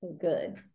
good